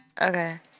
Okay